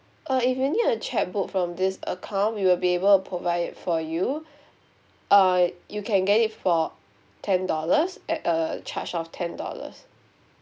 uh if you need a chequebook from this account we will be able to provide it for you uh you can get it for ten dollars at a charge of ten dollars